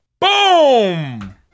Boom